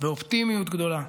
באופטימיות גדולה.